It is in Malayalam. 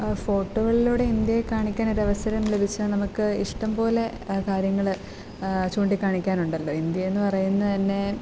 ഫോട്ടോയിലൂടെ ഇന്ത്യയെ കാണിക്കാനൊരവസരം ലഭിച്ചാൽ നമുക്ക് ഇഷ്ടം പോലെ കാര്യങ്ങൾ ചൂണ്ടിക്കാണിക്കാനുണ്ടല്ലോ ഇന്ത്യയെന്ന് പറയുന്നതുതന്നെ